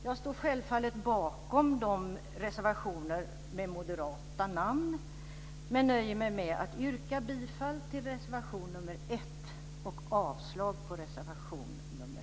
Jag står självfallet bakom de moderata reservationerna, men nöjer mig med att yrka bifall till reservation nr 1 och avslag på reservation nr